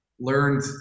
learned